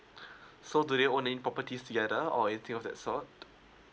so do they own in properties together or anything of that sort